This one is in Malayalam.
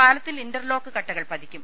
പാല ത്തിൽ ഇൻ്റർലോക്ക് കട്ടകൾ പതിക്കും